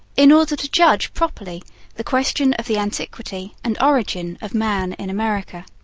in order to judge properly the question of the antiquity and origin of man in america.